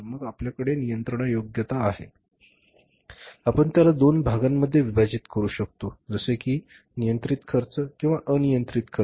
मग आपल्या कडे नियंत्रणयोग्यता आहेआपण त्याला दोन भागामध्ये विभाजित करू शकतो जसे कि नियंत्रित खर्च किंवा अनियंत्रित खर्च